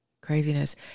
craziness